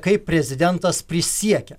kaip prezidentas prisiekia